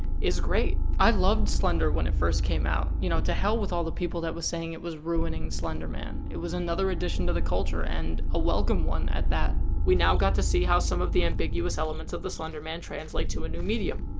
is great! i loved slender when it first came out. you know, to hell with all the people saying it was ruining slender man. it was another addition to the culture, and a welcome one at that. we now got to see how some of the ambiguous elements of the slender man translate to a new medium.